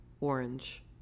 orange